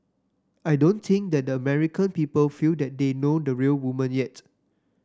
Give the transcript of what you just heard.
I don't think that the American people feel that they know the real woman yet